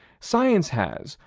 science has,